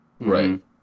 Right